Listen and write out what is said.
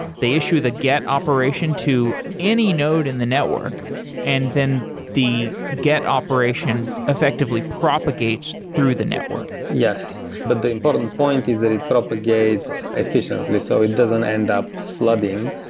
they issue the get operation to any node in the network and then the get operation effectively propagates through the network yes, but the important point is that it propagates efficiently. so it doesn't end up flooding,